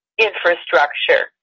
infrastructure